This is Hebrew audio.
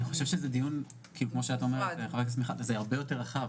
אני חושב שזה דיון הרבה יותר רחב.